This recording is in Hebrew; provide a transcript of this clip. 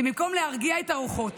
ובמקום להרגיע את הרוחות,